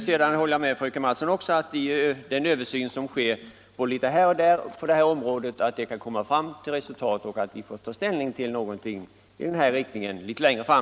Sedan håller jag också med fröken Mattson om att den översyn som sker litet här och där på detta område kan ge resultat, så att vi får ta ställning till någonting i den här riktningen litet längre fram.